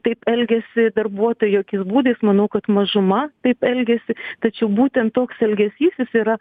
taip elgiasi darbuotojai jokiais būdais manau kad mažuma taip elgiasi tačiau būtent toks elgesys jis yra